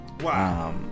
Wow